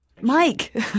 Mike